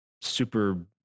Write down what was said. super